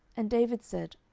and david said,